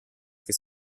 che